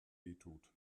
wehtut